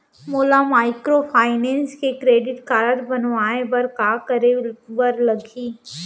मोला माइक्रोफाइनेंस के credit card बनवाए बर का करे बर लागही?